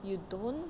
you don't